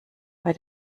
bei